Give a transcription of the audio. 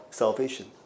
salvation